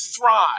thrive